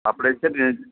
આપણે છે ને